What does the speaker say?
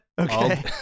Okay